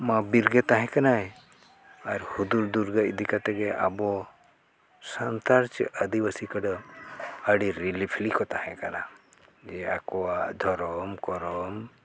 ᱢᱟ ᱵᱤᱨ ᱜᱮ ᱛᱟᱦᱮᱸ ᱠᱟᱱᱟᱭ ᱟᱨ ᱦᱩᱫᱩᱲ ᱫᱩᱨᱜᱟᱹ ᱤᱫᱤ ᱠᱟᱛᱮᱫ ᱜᱮ ᱟᱵᱚ ᱥᱟᱱᱛᱟᱲ ᱪᱮᱫ ᱟᱹᱫᱤᱵᱟᱹᱥᱤ ᱠᱚᱫᱚ ᱟᱹᱰᱤ ᱨᱤᱞᱤᱯᱷᱞᱤ ᱠᱚ ᱛᱟᱦᱮᱸ ᱠᱟᱱᱟ ᱡᱮ ᱟᱠᱚᱣᱟᱜ ᱫᱷᱚᱨᱚᱢ ᱠᱚᱨᱚᱢ